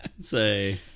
say